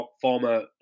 former